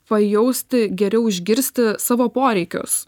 pajausti geriau išgirsti savo poreikius